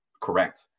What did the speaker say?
correct